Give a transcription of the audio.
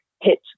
hit